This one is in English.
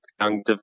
young